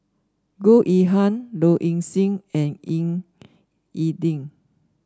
Goh Yihan Low Ing Sing and Ying E Ding